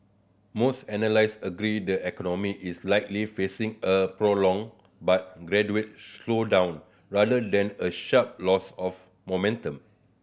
most analysts agree the economy is likely facing a prolonged but gradual slowdown rather than a sharp loss of momentum